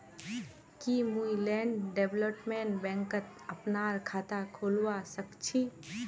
की मुई land development बैंकत अपनार खाता खोलवा स ख छी?